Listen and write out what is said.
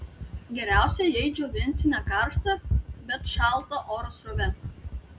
geriausia jei džiovinsi ne karšta bet šalta oro srove